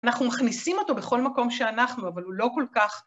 אנחנו מכניסים אותו בכל מקום שאנחנו, אבל הוא לא כל כך...